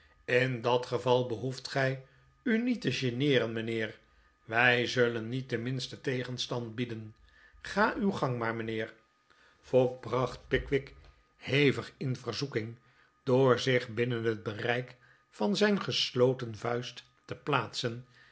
in dat geval behoeft gij u niet te geneeren mijnheer wij zullen niet den minsten tegenstand bieden ga uw gang maar mijnheer fogg bracht pickwick hevig in verzoeking door zich binnen het bereik van zijn gesloten vuist te plaatsen